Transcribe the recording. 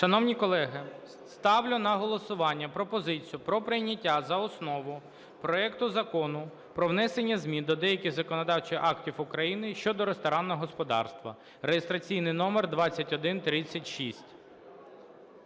Шановні колеги, ставлю на голосування пропозицію про прийняття за основу проекту Закону про внесення змін до деяких законодавчих актів України (щодо ресторанного господарства) (реєстраційний номер 2136).